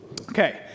Okay